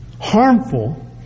harmful